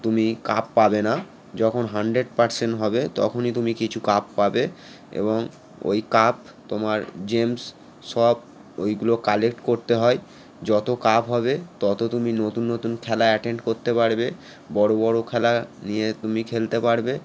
তুমি কাপ পাবে না যখন হানড্রেড পারসেন্ট হবে তখনই তুমি কিছু কাপ পাবে এবং ওই কাপ তোমার জেমস সব ওইগুলো কালেক্ট করতে হয় যতো কাপ হবে তত তুমি নতুন নতুন খেলা অ্যাটেন্ড করতে পারবে বড়ো বড়ো খেলা নিয়ে তুমি খেলতে পারবে